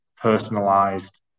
Personalized